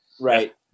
Right